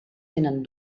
tenen